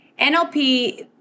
NLP